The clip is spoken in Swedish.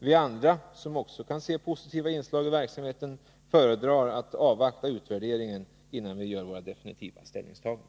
Vi andra, som också kan se positiva inslag i verksamheten, föredrar att avvakta utvärderingen innan vi gör vårt definitiva ställningstagande.